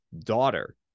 daughter